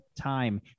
time